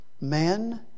man